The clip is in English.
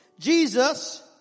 Jesus